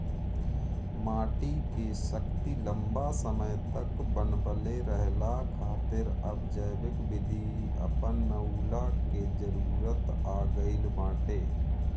माटी के शक्ति लंबा समय तक बनवले रहला खातिर अब जैविक विधि अपनऊला के जरुरत आ गईल बाटे